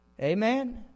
Amen